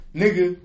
nigga